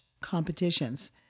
competitions